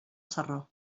sarró